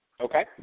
Okay